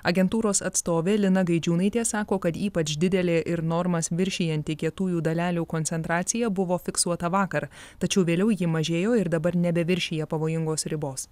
agentūros atstovė lina gaidžiūnaitė sako kad ypač didelė ir normas viršijanti kietųjų dalelių koncentracija buvo fiksuota vakar tačiau vėliau ji mažėjo ir dabar nebeviršija pavojingos ribos